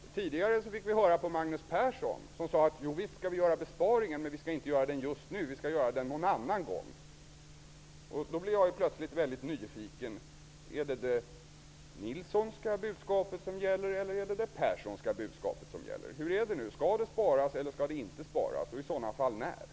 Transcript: Tidigare sade Magnus Persson att vi visst skall göra besparingen, men inte just nu utan någon annan gång. Jag är väldigt nyfiken på om det är det Nilssonska eller det Perssonska budskapet som gäller. Hur är det nu? Skall det sparas -- och när skall det i så fall ske -- eller skall det inte sparas?